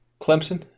Clemson